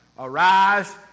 Arise